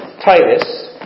Titus